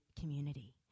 community